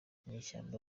inyeshyamba